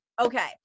Okay